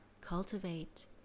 Cultivate